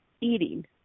eating